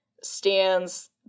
stands